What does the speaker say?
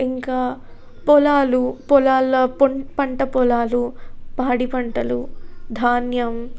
ఇంకా పొలాలు పొలాల్లో పొం పంట పొలాలు పాడి పంటలు ధాన్యం